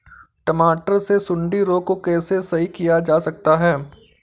टमाटर से सुंडी रोग को कैसे सही किया जा सकता है?